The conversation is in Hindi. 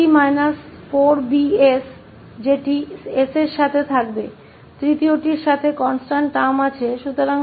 तो 𝐶 − 4𝐵𝑠 वह पद है जिसमें s है और तीसरा हमारे पास constant पद है